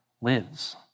lives